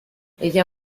ella